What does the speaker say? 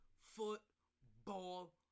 football